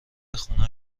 خونه